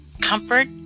comfort